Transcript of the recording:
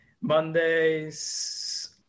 Mondays